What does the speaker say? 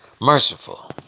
Merciful